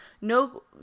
no